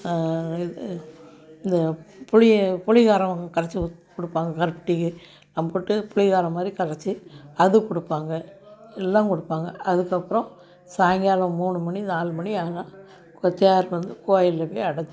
இது இந்த புளிய புளிகாரம் கரைச்சி கொடுப்பாங்க கருப்பட்டி போட்டு புளிகாரம் மாதிரி கரைச்சி அது கொடுப்பாங்க எல்லாம் கொடுப்பாங்க அதுக்கு அப்புறம் சாயங்காலம் மூணு மணி நாலு மணி ஆனால் தேர் வந்து கோயிலில் போய் அடைச்சிரும்